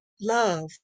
love